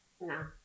No